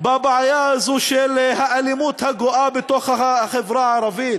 בבעיה הזו של האלימות הגואה בחברה הערבית.